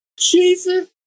Jesus